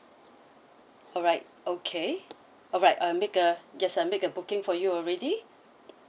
alright okay alright I'll make a yes I make a booking for you already